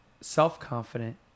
self-confident